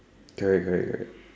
correct correct correct